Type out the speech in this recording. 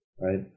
right